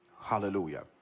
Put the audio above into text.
Hallelujah